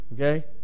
okay